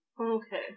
Okay